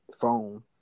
phone